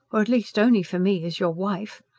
or at least only for me as your wife.